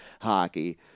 hockey